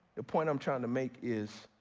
the point i'm tryna make is,